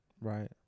right